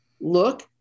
look